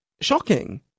shocking